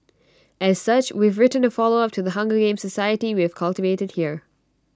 as such we've written A follow up to the hunger games society we have cultivated here